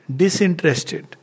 disinterested